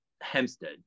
Hempstead